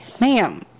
Ma'am